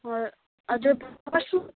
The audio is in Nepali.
ह हजुर वास रूम